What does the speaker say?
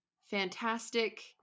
fantastic